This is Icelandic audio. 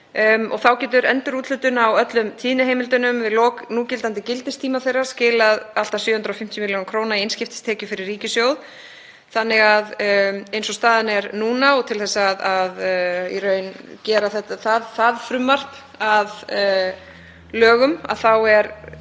5G. Þá getur endurúthlutun á öllum tíðniheimildum við lok núgildandi gildistíma þeirra skilað allt að 750 millj. kr. í einskiptistekjur fyrir ríkissjóð. Þannig að eins og staðan er núna og til að gera það frumvarp að lögum eru